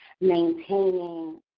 maintaining